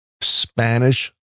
Spanish